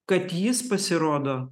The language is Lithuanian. kad jis pasirodo